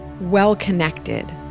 well-connected